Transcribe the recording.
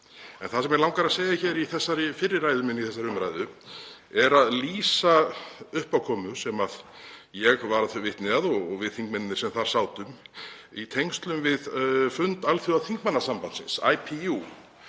En það sem mig langar að segja hér í þessari fyrri ræðu minni í umræðunni er að lýsa uppákomu sem ég varð vitni að og við þingmennirnir sem þar sátum í tengslum við fund Alþjóðaþingmannasambandsins, IPU,